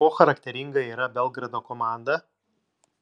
kuo charakteringa yra belgrado komanda